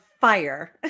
fire